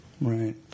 Right